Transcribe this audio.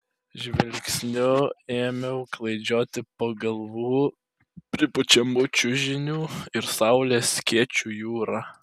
žvilgsniu ėmiau klaidžioti po galvų pripučiamų čiužinių ir saulės skėčių jūrą